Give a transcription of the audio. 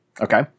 okay